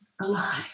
alive